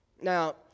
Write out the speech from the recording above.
Now